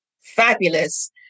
fabulous